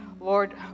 Lord